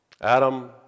Adam